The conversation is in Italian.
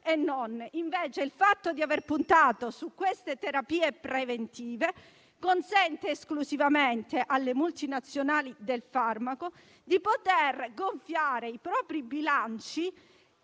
e non. Invece il fatto di aver puntato sulle terapie preventive consente esclusivamente alle multinazionali del farmaco di gonfiare i propri bilanci,